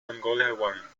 mongolia